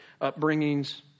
upbringings